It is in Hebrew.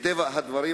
מטבע הדברים,